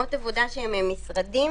מקומות עבודה שהם משרדים,